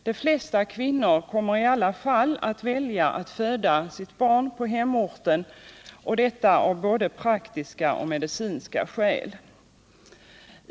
De flesta kvinnor kommer i alla fall att välja att föda sitt barn på hemorten - detta av både praktiska och medicinska skäl.